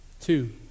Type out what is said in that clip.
Two